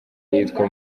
yitwa